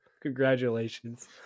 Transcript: Congratulations